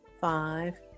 five